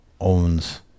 owns